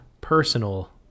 personal